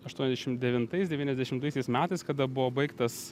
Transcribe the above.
aštuoniasdešim devintais devyniasdešimtaisiais metais kada buvo baigtas